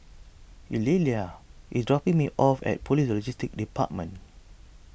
Eulalia is dropping me off at Police Logistics Department